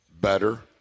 better